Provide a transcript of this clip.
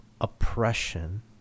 oppression